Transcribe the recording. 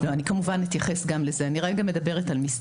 אני אדבר גם על זה,